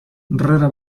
rara